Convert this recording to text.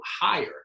higher